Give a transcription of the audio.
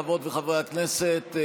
חברות וחברי הכנסת,